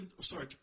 Sorry